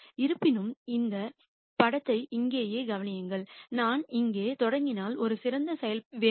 இருப்பினும் இந்த படத்தை இங்கேயே கவனியுங்கள் நான் இங்கே தொடங்கினால் ஒரு சிறந்த செயல்பாடு வேண்டும்